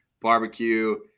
barbecue